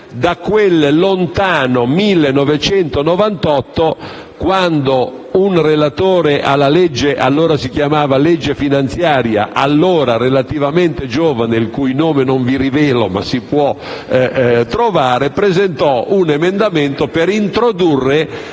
dal lontano 1998, quando un relatore alla legge che allora si chiamava finanziaria, allora relativamente giovane e il cui nome non vi rivelo ma che si può trovare, presentò un emendamento per introdurre